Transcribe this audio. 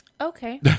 Okay